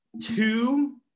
two